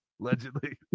allegedly